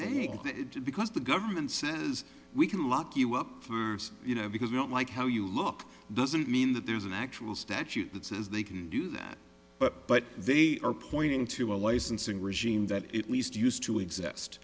day because the government says we can lock you up first you know because we don't like how you look doesn't mean that there's an actual statute that says they can do that but they are pointing to a licensing regime that it least used to exist